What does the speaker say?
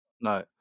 No